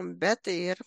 bet ir